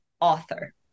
author